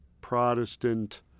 Protestant